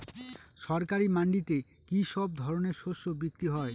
সরকারি মান্ডিতে কি সব ধরনের শস্য বিক্রি হয়?